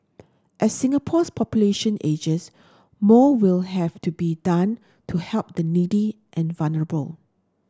as Singapore's population ages more will have to be done to help the needy and vulnerable